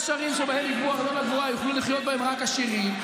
יש ערים שבהן יגבו ארנונה גבוהה ויוכלו לחיות בהן רק עשירים,